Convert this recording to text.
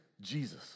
Jesus